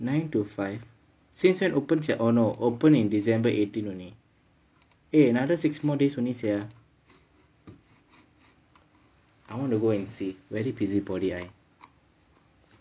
nine to five since when open sia oh no open in december eighteen only eh another six more days sia I want to go and see very busybody I